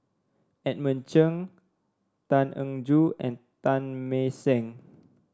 Edmund Chen Tan Eng Joo and Teng Mah Seng